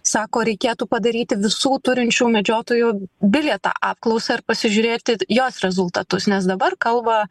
sako reikėtų padaryti visų turinčių medžiotojų bilietą apklausą ir pasižiūrėti jos rezultatus nes dabar kalba